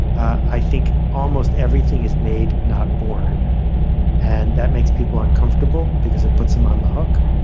i think almost everything is made, not born and that makes people uncomfortable because it puts them on the hook,